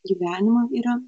gyvenimo yra